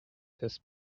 this